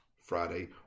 Friday